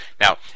Now